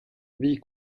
wie